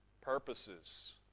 purposes